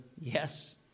yes